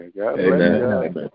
Amen